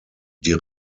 die